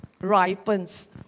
ripens